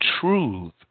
truth